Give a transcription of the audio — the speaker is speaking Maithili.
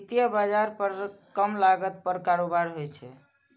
वित्तीय बाजार कम लागत पर कारोबार होइ छै